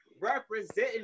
representing